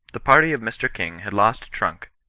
the party of mr. king had lost a trunk,